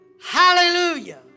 Hallelujah